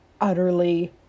utterly